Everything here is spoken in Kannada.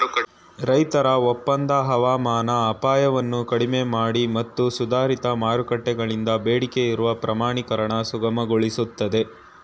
ರೈತರ ಒಪ್ಪಂದ ಹವಾಮಾನ ಅಪಾಯವನ್ನು ಕಡಿಮೆಮಾಡಿ ಮತ್ತು ಸುಧಾರಿತ ಮಾರುಕಟ್ಟೆಗಳಿಂದ ಬೇಡಿಕೆಯಿರುವ ಪ್ರಮಾಣೀಕರಣ ಸುಗಮಗೊಳಿಸ್ತದೆ